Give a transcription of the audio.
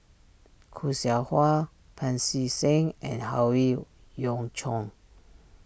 Khoo Seow Hwa Pancy Seng and Howe Yoon Chong